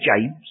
James